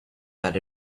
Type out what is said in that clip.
that